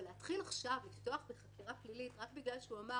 אבל עכשיו להתחיל לפתוח בחקירה פלילית רק בגלל שהוא אמר